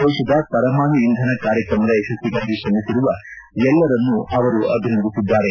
ದೇಶದ ಪರಮಾಣು ಇಂಧನ ಕಾರ್ಯಕ್ರಮದ ಯಶಸ್ಸಿಗಾಗಿ ಶ್ರಮಿಸಿರುವ ಎಲ್ಲರನ್ನೂ ಅವರು ಅಭಿನಂದಿಸಿದ್ದಾರೆ